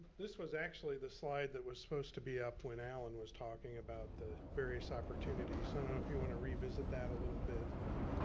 this was actually the slide that was supposed to be up when alan was talking about the various opportunities and and if you wanna revisit that a little bit, but.